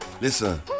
listen